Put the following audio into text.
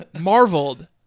Marveled